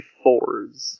fours